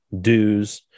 dues